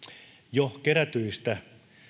jo kerätyistä